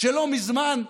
שלא מזמן,